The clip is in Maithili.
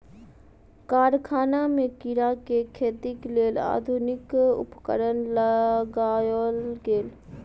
कारखाना में कीड़ा के खेतीक लेल आधुनिक उपकरण लगायल गेल